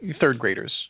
third-graders